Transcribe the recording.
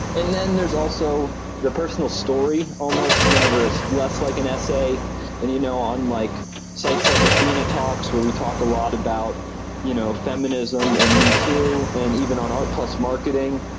and then there's also the personal story almost whenever it's less like an essay and you know on like sites like athena talks where we talk a lot about you know feminism and me too. and even on art plus marketing,